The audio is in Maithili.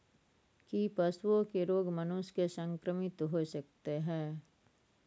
की पशुओं के रोग मनुष्य के संक्रमित होय सकते है?